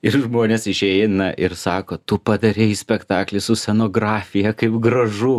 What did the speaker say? ir žmonės išeina ir sako tu padarei spektaklį su scenografija kaip gražu